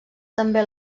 també